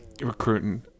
recruiting